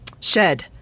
shed